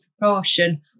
proportion